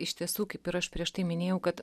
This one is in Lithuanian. iš tiesų kaip ir aš prieš tai minėjau kad